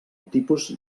tipus